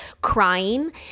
crying